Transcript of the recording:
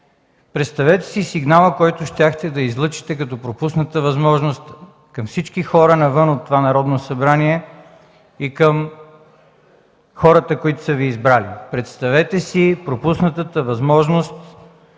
Представете си сигнал, който щяхте да излъчите като пропусната възможност към всички хора навън от това Народно събрание и към хората, които са Ви избрали. Представете си пропуснатата възможност